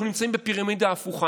אנחנו נמצאים בפירמידה הפוכה.